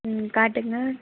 ம் காட்டுங்கள்